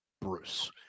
Bruce